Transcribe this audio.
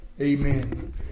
Amen